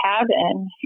cabin